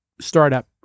startup